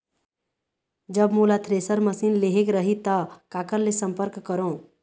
जब मोला thresher machine लेहेक रही ता काकर ले संपर्क करों?